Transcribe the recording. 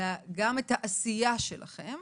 אלא גם את העשייה שלכם,